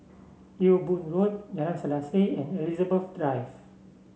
Ewe Boon Road Jalan Selaseh and Elizabeth Drive